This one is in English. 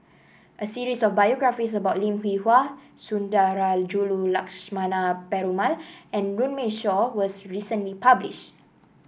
a series of biographies about Lim Hwee Hua Sundarajulu Lakshmana Perumal and Runme Shaw was recently published